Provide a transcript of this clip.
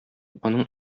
аның